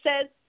says